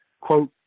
quote